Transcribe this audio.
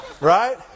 Right